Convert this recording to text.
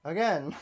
Again